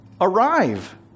arrive